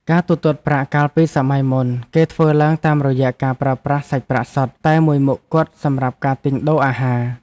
ការទូទាត់ប្រាក់កាលពីសម័យមុន គឺធ្វើឡើងតាមរយៈការប្រើប្រាស់សាច់ប្រាក់សុទ្ធតែមួយមុខគត់សម្រាប់ការទិញដូរអាហារ។